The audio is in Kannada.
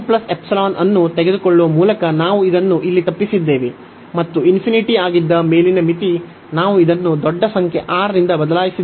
ಈ ಅನ್ನು ತೆಗೆದುಕೊಳ್ಳುವ ಮೂಲಕ ನಾವು ಇದನ್ನು ಇಲ್ಲಿ ತಪ್ಪಿಸಿದ್ದೇವೆ ಮತ್ತು ಆಗಿದ್ದ ಮೇಲಿನ ಮಿತಿ ನಾವು ಇದನ್ನು ದೊಡ್ಡ ಸಂಖ್ಯೆ R ನಿಂದ ಬದಲಾಯಿಸಿದ್ದೇವೆ